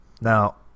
Now